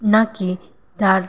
নাকি তার